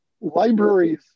Libraries